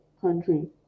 country